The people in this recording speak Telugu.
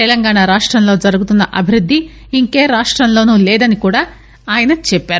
తెలంగాణ రాష్టంలో జరుగుతున్న అభివృద్ది ఇంకే రాష్టంలోను లేదని కూడా ఆయన అన్నారు